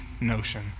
notion